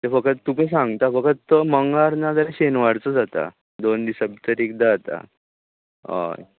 तें फकत तुका सांगता फकत मंगळार नाजाल्या शेनवारचो जाता दोन दिसा भितर एकदां जाता हय